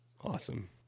awesome